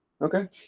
Okay